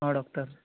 doctor